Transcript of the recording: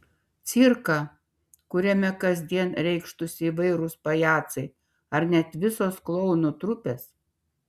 cirką kuriame kasdien reikštųsi įvairūs pajacai ar net visos klounų trupės